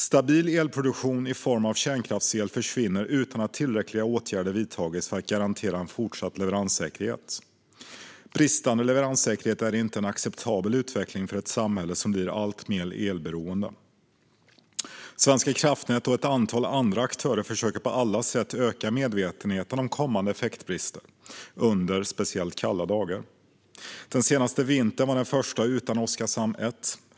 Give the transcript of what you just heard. Stabil elproduktion i form av kärnkraftsel försvinner utan att tillräckliga åtgärder vidtagits för att garantera fortsatt leveranssäkerhet. Bristande leveranssäkerhet är inte en acceptabel utveckling för ett samhälle som blir alltmer elberoende. Svenska kraftnät och ett antal andra aktörer försöker på alla sätt öka medvetenheten om kommande effektbrist under speciellt kalla dagar. Den senaste vintern var den första utan Oskarshamn 1.